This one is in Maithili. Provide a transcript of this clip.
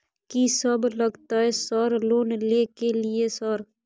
कि सब लगतै सर लोन ले के लिए सर?